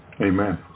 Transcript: Amen